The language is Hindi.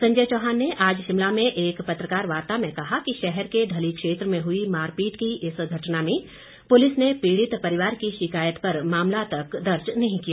संजय चौहान ने आज शिमला में एक पत्रकार वार्ता में कहा कि शहर के ढली क्षेत्र में हुई मारपीट की इस घटना में पुलिस ने पीड़ित परिवार की शिकायत पर मामला तक दर्ज नहीं किया